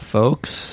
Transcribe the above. folks